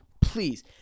Please